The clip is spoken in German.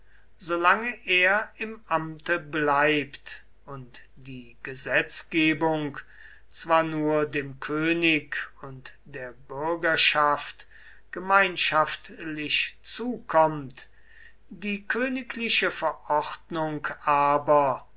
solange er im amte bleibt und die gesetzgebung zwar nur dem könig und der bürgerschaft gemeinschaftlich zukommt die königliche verordnung aber